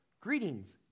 Greetings